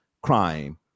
crime